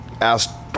asked